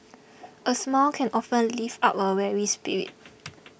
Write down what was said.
a smile can often lift up a weary spirit